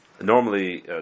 Normally